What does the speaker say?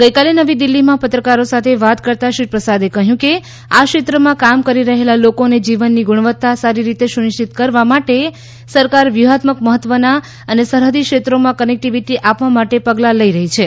ગઈકાલે નવી દિલ્ફીમાં પત્રકારો સાથે વાત કરતાં શ્રી પ્રસાદે કહ્યું કે આ ક્ષેત્રમાં કામ કરી રહેલા લોકોને જીવનની ગુણવત્તા સારી રીતે સુનિશ્ચિત કરવા માટે સરકાર વ્યૂહાત્મક મહત્વના અને સરહદી ક્ષેત્રોમાં કનેક્ટિવિટી આપવા માટે પગલાં લઈ રહી છે